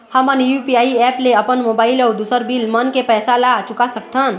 हमन UPI app ले अपन मोबाइल अऊ दूसर बिल मन के पैसा ला चुका सकथन